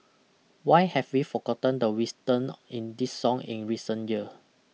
why have we forgotten the wisdom in this song in recent year